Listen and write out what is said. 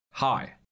Hi